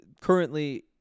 currently